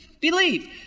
believe